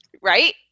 Right